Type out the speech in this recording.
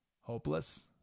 Hopeless